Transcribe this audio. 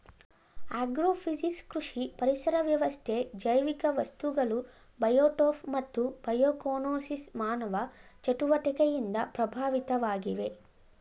agrophysics ಕೃಷಿ ಪರಿಸರ ವ್ಯವಸ್ಥೆ ಜೈವಿಕ ವಸ್ತುಗಳು ಬಯೋಟೋಪ್ ಮತ್ತು ಬಯೋಕೋನೋಸಿಸ್ ಮಾನವ ಚಟುವಟಿಕೆಯಿಂದ ಪ್ರಭಾವಿತವಾಗಿವೆ